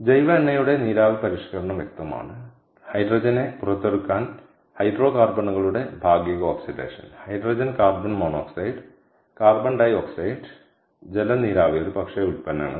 ജൈവ എണ്ണയുടെ നീരാവി പരിഷ്കരണം വ്യക്തമാണ് ഹൈഡ്രജനെ പുറത്തെടുക്കാൻ ഹൈഡ്രോകാർബണുകളുടെ ഭാഗിക oxidation hydrogen carbon monoxide carbon dioxide ജല നീരാവി ഒരുപക്ഷേ ഉൽപ്പന്നങ്ങൾ